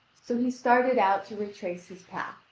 so he started out to retrace his path,